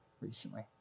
recently